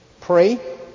pray